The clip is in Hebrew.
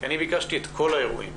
כי אני ביקשתי את כל האירועים.